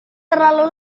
terlalu